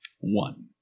one